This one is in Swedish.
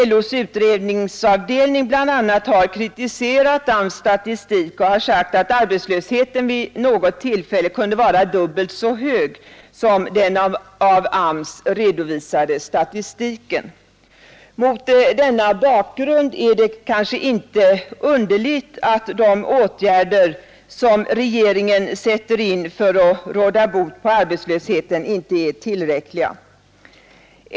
LO:s utredningsavdelning bl.a. har kritiserat AMS statistik och har sagt att arbetslösheten vid något tillfälle kunde vara dubbelt så hög som den av AMS redovisade statistiken. Mot denna bakgrund är det kanske inte underligt att de åtgärder som regeringen sätter in för att råda bot på arbetslösheten inte är tillräckliga.